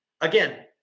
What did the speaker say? Again